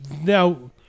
Now